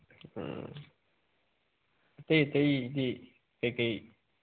ꯎꯝ ꯑꯇꯩ ꯑꯇꯩꯗꯤ ꯀꯩꯀꯩ